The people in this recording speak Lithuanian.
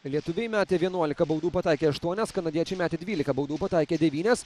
lietuviai metė vienuolika baudų pataikė aštuonias kanadiečiai metė dvylika baudų pataikė devynias